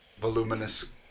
voluminous